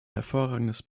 hervorragendes